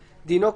דינו,